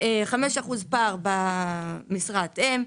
שיש חמישה אחוזים פער במשרת אם,